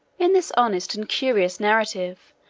in this honest and curious narrative,